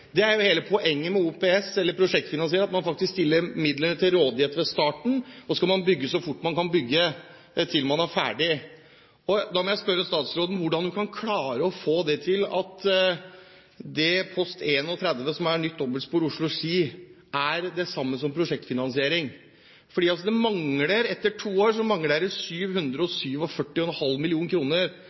Det er jo hele poenget med prosjektfinansiering at man faktisk stiller midlene til rådighet ved starten, og så skal man bygge så fort man kan bygge, til man er ferdig. Da må jeg spørre statsråden hvordan hun kan klare å få det til at post 31 Nytt dobbeltspor Oslo–Ski er det samme som prosjektfinansiering. For etter to år mangler det 747,5 mill. kr mot den rammen som man skulle ha satt av de to første årene, hvis man skulle fulgt opp for å kunne sette i gang og